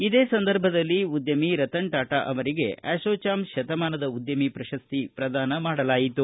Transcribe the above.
ಇದೇ ಸಂದರ್ಭದಲ್ಲಿ ಉದ್ಯಮಿ ರತನ್ ಟಾಟಾ ಅವರಿಗೆ ಅಸೋಜಾಮ್ ಶತಮಾನದ ಉದ್ಯಮಿ ಪ್ರಶಸ್ತಿ ಪ್ರದಾನ ಮಾಡಲಾಯಿತು